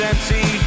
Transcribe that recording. Empty